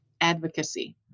Advocacy